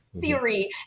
theory